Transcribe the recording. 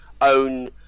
own